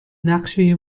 نقشه